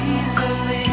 easily